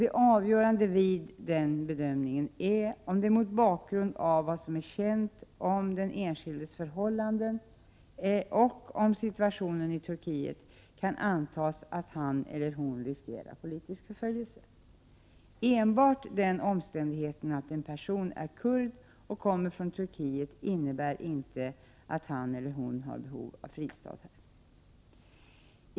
Det avgörande vid denna bedömning är om det mot bakgrund av vad som är känt om den enskildes förhållanden och om situationen i Turkiet kan antas att han eller hon riskerar politisk förföljelse. Enbart den omständigheten att en person är kurd och kommer från Turkiet innebär inte att han eller hon har behov av fristad här.